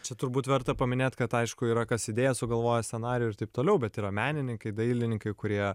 čia turbūt verta paminėt kad aišku yra kas idėją sugalvojo scenarijų ir taip toliau bet yra menininkai dailininkai kurie